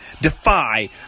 Defy